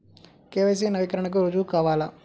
KYC నవీకరణకి రుజువు కావాలా?